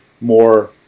more